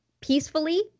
peacefully